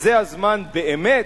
אז זה הזמן, באמת,